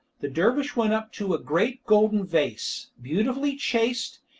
the dervish went up to a great golden vase, beautifully chased,